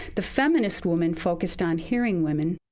the feminist woman focused on hearing women,